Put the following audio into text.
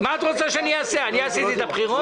אני עשיתי את הבחירות?